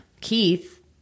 Keith